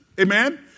Amen